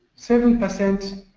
seven percent